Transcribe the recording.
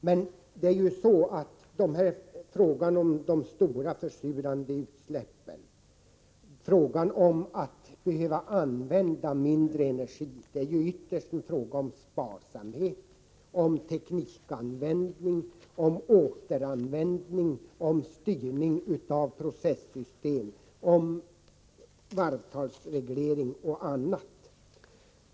Men för att vi skall kunna komma till rätta med de omfattande försurande utsläppen och använda mindre energi handlar det ytterst om sparsamhet, teknikanvändning, återanvändning, styrning av processystem, varvtalsreglering och annat.